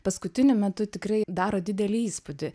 paskutiniu metu tikrai daro didelį įspūdį